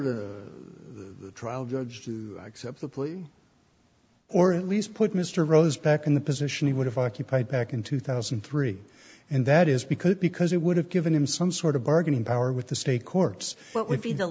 order the trial judge to accept the plea or at least put mr rose back in the position he would have occupied back in two thousand and three and that is because because it would have given him some sort of bargaining power with the state courts